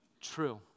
true